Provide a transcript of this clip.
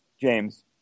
James